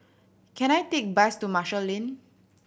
can I take bus to Marshall Lane